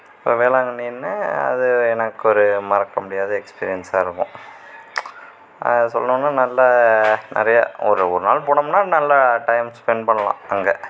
இப்போ வேளாங்கண்ணின்னா அது எனக்கு ஒரு மறக்கமுடியாத எக்ஸ்பீரியன்ஸாக இருக்கும் அது சொல்லணுன்னா நல்ல நிறைய ஒரு ஒரு நாள் போனமுன்னா நல்ல டைம் ஸ்பெண்ட் பண்ணலாம் அங்கே